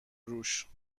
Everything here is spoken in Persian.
روش